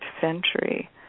century